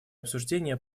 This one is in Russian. обсуждения